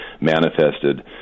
manifested